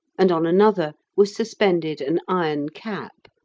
and on another was suspended an iron cap,